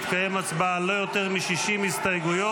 תתקיים הצבעה על לא יותר מ-60 הסתייגויות,